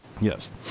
Yes